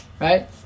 right